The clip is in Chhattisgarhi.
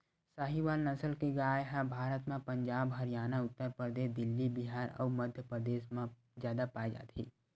साहीवाल नसल के गाय ह भारत म पंजाब, हरयाना, उत्तर परदेस, दिल्ली, बिहार अउ मध्यपरदेस म जादा पाए जाथे